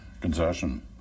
concession